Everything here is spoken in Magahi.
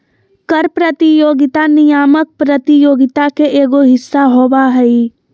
कर प्रतियोगिता नियामक प्रतियोगित के एगो हिस्सा होबा हइ